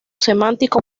semántico